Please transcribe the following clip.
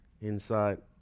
inside